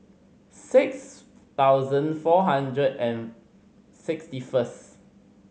six thousand four hundred and sixty first